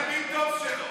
טוב שלו.